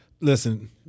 Listen